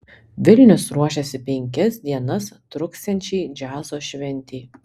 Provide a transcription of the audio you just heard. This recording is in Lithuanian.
vilnius ruošiasi penkias dienas truksiančiai džiazo šventei